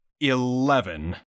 Eleven